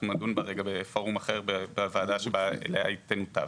אנחנו נדון בה בפורום אחר בוועדה שאליה היא תנותב.